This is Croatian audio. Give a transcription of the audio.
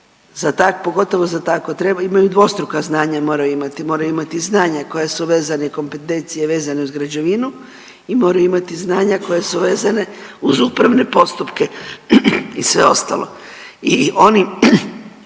imate za pogotovo za tako trebaju imati dvostruka znanja moraju imati, moraju imati znanja koja su vezana i kompetencije vezane uz građevinu i moraju imati znanja koja su vezane uz upravne postupke i sve ostalo. I oni